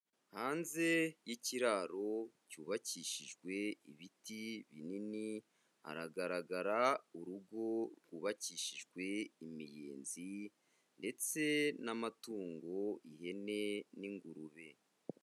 Hanze y'ikiraro cyubakishijwe ibiti binini hagaragara urugo rwubakishijwe imirinzi ndetse n'amatungo ihene n'ingurube.